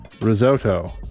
risotto